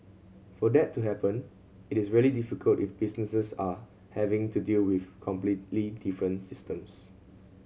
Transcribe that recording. for that to happen it is really difficult if businesses are having to deal with completely different systems